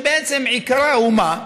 שעיקרה הוא מה?